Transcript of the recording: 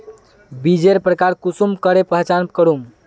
बीजेर प्रकार कुंसम करे पहचान करूम?